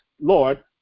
Lord